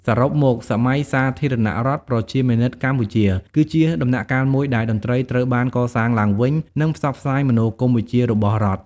សរុបមក សម័យសាធារណរដ្ឋប្រជាមានិតកម្ពុជា គឺជាដំណាក់កាលមួយដែលតន្ត្រីត្រូវបានកសាងឡើងវិញ និងផ្សព្វផ្សាយមនោគមវិជ្ជារបស់រដ្ឋ។